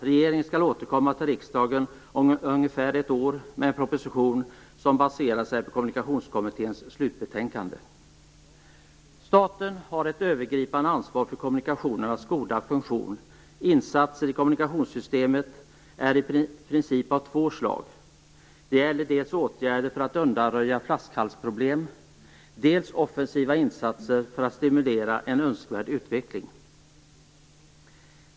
Regeringen skall återkomma till riksdagen om ungefär ett år med en proposition som baseras på Staten har ett övergripande ansvar för kommunikationernas goda funktion. Insatser i kommunikationssystemen är i princip av två slag. Det gäller dels åtgärder för att undanröja flaskhalsproblem, dels offensiva insatser för att stimulera en önskvärd utveckling.